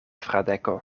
fradeko